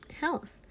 health